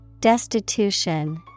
Destitution